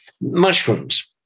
mushrooms